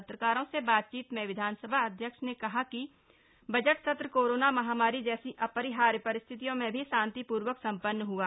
पत्रकारों से बातचीत में विधानसभा अध्यक्ष ने कहा कि बजट सत्र कोरोना महामारी जैसी अपरिहार्य परिस्थितियों में भी शांतिपूर्वक सम्पन्न हआ